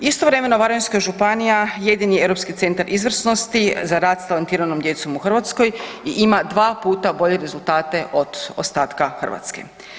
Istovremeno Varaždinska županija jedini je europski centar izvrsnosti za rad s talentiranom djecom u Hrvatskoj i ima dva puta bolje rezultate od ostatka Hrvatske.